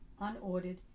unordered